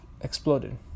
exploded